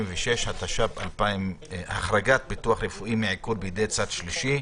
66) (החרגת ביטוח רפואי מעיקול בידי צד שלישי),